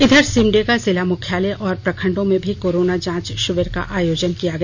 इधर सिमडेगा जिला मुख्यालय और प्रखंडों में भी कोरोना जांच शिविर का आयोजन किया गया